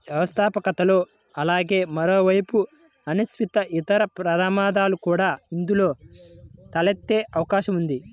వ్యవస్థాపకతలో అలాగే మరోవైపు అనిశ్చితి, ఇతర ప్రమాదాలు కూడా ఇందులో తలెత్తే అవకాశం ఉంది